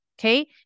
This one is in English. okay